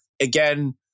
again